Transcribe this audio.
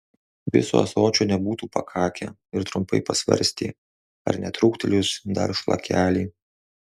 viso ąsočio nebūtų pakakę ir trumpai pasvarstė ar netrūktelėjus dar šlakelį